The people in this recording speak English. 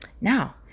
Now